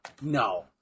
no